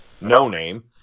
no-name